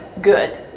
good